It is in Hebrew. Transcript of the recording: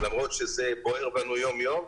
למרות שזה בוער בנו יום יום.